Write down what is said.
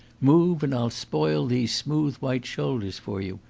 move, and i'll spoil these smooth white shoulders for you.